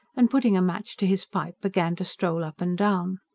and putting a match to his pipe, began to stroll up and down.